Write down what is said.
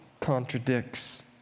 contradicts